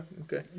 Okay